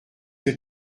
que